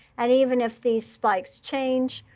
and even if these spikes change,